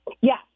Yes